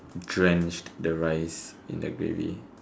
drenched the rice in the gravy